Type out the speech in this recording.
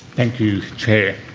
thank you, chair.